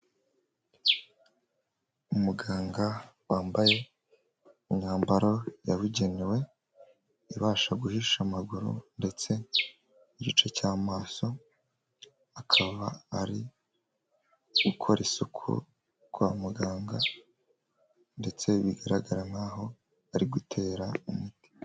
Umuganga wambaye imyambaro yabugenewe, ibasha guhisha amaguru, ndetse n'igice cy'amaso, akaba ari gukora isuku kwa muganga, ndetse bigaragara nkaho ari gutera umuti.